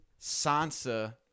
Sansa